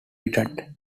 witted